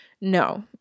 No